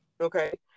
okay